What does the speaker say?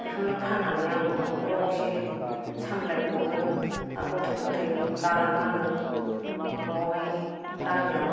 बेखौनो फान्नानै आं न'खराव एसे सामलायहरो गथ' गथाय गालाङो आङो न'आवहाय गामियाव